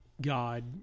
God